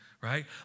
right